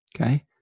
okay